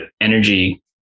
energy